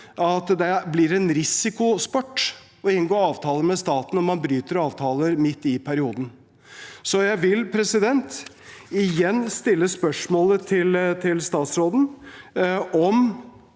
at det blir en risikosport å inngå avtaler med staten når man bryter avtaler midt i perioden. Så jeg vil igjen stille spørsmål til statsråden om